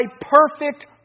perfect